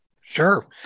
Sure